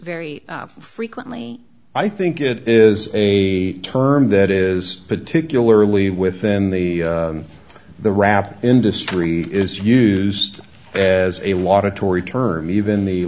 very frequently i think it is a term that is particularly within the the rap industry is used as a lot of tory term even the